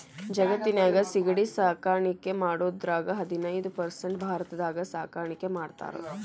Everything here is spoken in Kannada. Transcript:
ಜಗತ್ತಿನ್ಯಾಗ ಸಿಗಡಿ ಸಾಕಾಣಿಕೆ ಮಾಡೋದ್ರಾಗ ಹದಿನೈದ್ ಪರ್ಸೆಂಟ್ ಭಾರತದಾಗ ಸಾಕಾಣಿಕೆ ಮಾಡ್ತಾರ